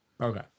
Okay